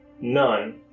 none